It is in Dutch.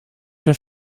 zijn